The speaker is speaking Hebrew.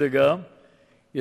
יש